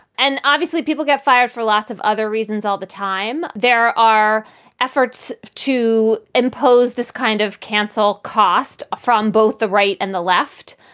and obviously, people get fired for lots of other reasons all the time. there are efforts to impose this kind of canceled cost from both the right and the left.